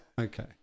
Okay